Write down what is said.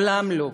מעולם לא.